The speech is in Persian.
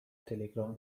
تلگرام